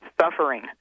suffering